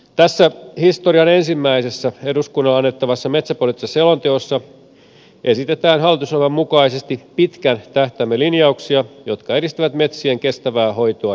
tässä historian ensimmäisessä eduskunnalle annettavassa metsäpoliittisessa selonteossa esitetään hallitusohjelman mukaisesti pitkän tähtäimen linjauksia jotka edistävät metsien kestävää hoitoa ja käyttöä